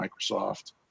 Microsoft